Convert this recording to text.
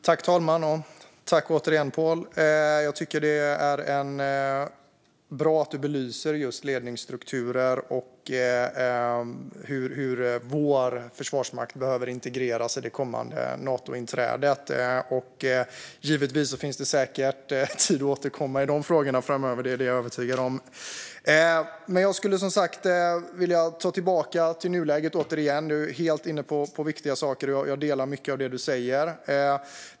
Herr talman! Tack återigen, Pål! Jag tycker att det är bra att du belyser just ledningsstrukturer och hur vår försvarsmakt behöver integreras i det kommande Natointrädet. Givetvis finns det säkert tid att återkomma i de frågorna framöver; det är jag övertygad om. Jag skulle som sagt vilja gå tillbaka till nuläget. Återigen, du är helt inne på viktiga saker, och jag delar mycket av det du säger.